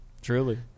Truly